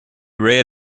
read